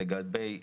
לגבי המידוד: